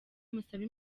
musabe